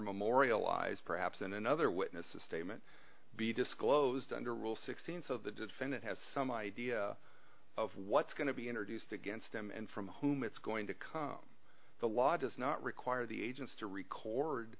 memorialized perhaps in another witness statement be disclosed under rule sixteen so the defendant has some idea of what's going to be introduced against him and from whom it's going to come the law does not require the agents to record